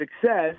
success